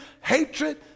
hatred